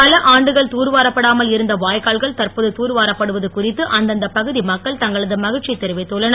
பல ஆண்டுகளாக தூர் வாரப்படாமல் இருந்த வாய்க்கால்கள் தற்போது தூர் வாரப்படுவது குறித்து அந்தந்த பகுதி மக்கள் தங்களது மகிழ்ச்சியை தெரிவித்துள்ளனர்